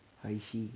I see